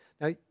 Now